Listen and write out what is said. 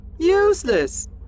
Useless